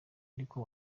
ariko